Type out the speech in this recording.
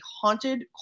haunted